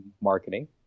marketing